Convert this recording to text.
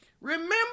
remember